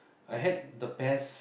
I had the best